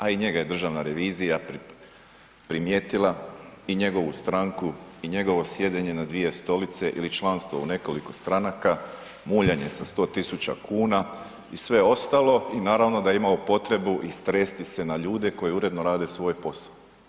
A i njega je državna revizija primijetila i njegovu stranku i njegovo sjedenje na dvije stolice ili članstvo u nekoliko stranaka, muljanje sa 100 tisuća kuna i sve ostalo i naravno da je imao potrebu istresti se na ljude koji uredno rade svoj posao.